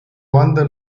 ruanda